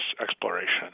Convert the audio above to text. exploration